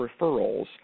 Referrals